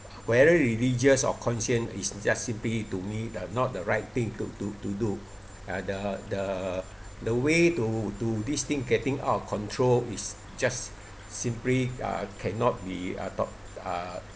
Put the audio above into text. whether really just a concern is just simply to me the not the right thing to to to do the the the way to to this thing getting out of control is just simply uh cannot be uh top~ uh